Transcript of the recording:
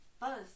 Buzz